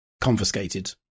confiscated